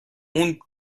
اون